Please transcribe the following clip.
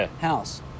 house